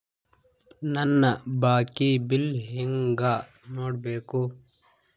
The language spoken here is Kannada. ನನ್ನ ಬಾಕಿ ಬಿಲ್ ಹೆಂಗ ನೋಡ್ಬೇಕು?